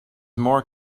more